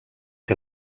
que